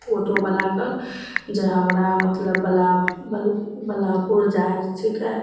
ऑटोवलाके जे हमरा मतलब बला बल बलापुर जाइके छिकै